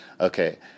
Okay